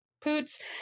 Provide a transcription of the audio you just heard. Poots